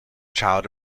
child